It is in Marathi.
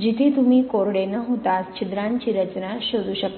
जिथे तुम्ही कोरडे न होता छिद्रांची रचना शोधू शकता